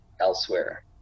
elsewhere